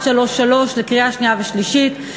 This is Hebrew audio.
133) לקריאה שנייה ושלישית.